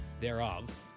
thereof